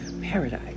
paradise